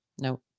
No